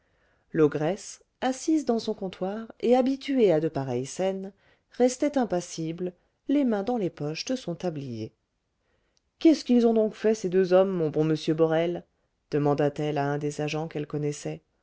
l'ogresse assise dans son comptoir et habituée à de pareilles scènes restait impassible les mains dans les poches de son tablier qu'est-ce qu'ils ont donc fait ces deux hommes mon bon monsieur borel demanda-t-elle à un des agents qu'elle connaissait